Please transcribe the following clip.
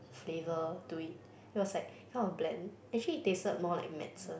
flavor to it it was like kind of bland actually it tasted more like medicine